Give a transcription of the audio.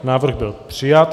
Návrh byl přijat.